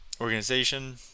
Organization